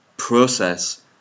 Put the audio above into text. process